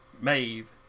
Maeve